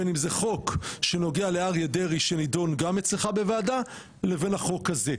בין אם זה חוק שנוגע לאריה דרעי שנדון גם אצלך בוועדה לבין החוק הזה.